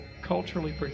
culturally